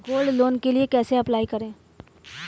Gold loan के लिए कैसे अप्लाई करें?